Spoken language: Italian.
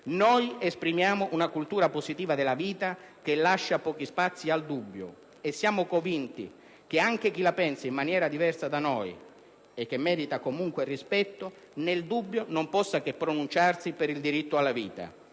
Noi esprimiamo una cultura positiva della vita che lascia pochi spazi al dubbio e siamo convinti che anche chi la pensa in maniera diversa da noi (e merita comunque rispetto) nel dubbio non possa che pronunciarsi per il diritto alla vita.